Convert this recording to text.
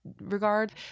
regard